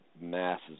masses